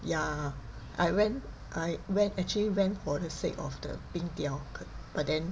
yeah I went I went actually went for the sake of the 冰雕 but then